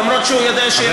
למרות שהוא יודע שיש בעיה,